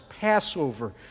Passover